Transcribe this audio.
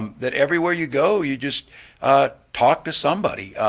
um that everywhere you go, you just talk to somebody.